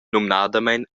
numnadamein